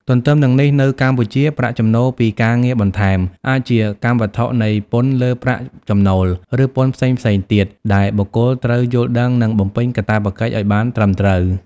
ទន្ទឹមនឹងនេះនៅកម្ពុជា ប្រាក់ចំណូលពីការងារបន្ថែមអាចជាកម្មវត្ថុនៃពន្ធលើប្រាក់ចំណូល ឬពន្ធផ្សេងៗទៀត ដែលបុគ្គលត្រូវយល់ដឹង និងបំពេញកាតព្វកិច្ចឱ្យបានត្រឹមត្រូវ។